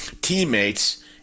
teammates